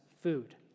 food